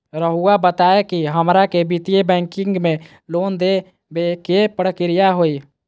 रहुआ बताएं कि हमरा के वित्तीय बैंकिंग में लोन दे बे के प्रक्रिया का होई?